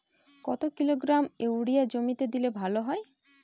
কত kilogram urea জমিতে দিলে ভালো হয়?